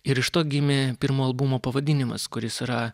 ir iš to gimė pirmo albumo pavadinimas kuris yra